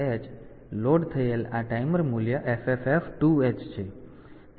તેથી લોડ થયેલ આ ટાઈમર મૂલ્ય FFF2h છે